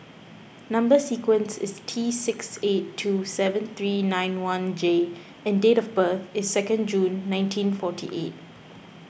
Number Sequence is T six eight two seven three nine one J and date of birth is second June nineteen forty eight